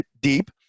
deep